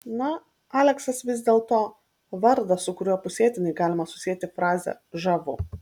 na aleksas vis dėlto vardas su kuriuo pusėtinai galima susieti frazę žavu